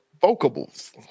Vocables